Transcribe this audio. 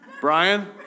Brian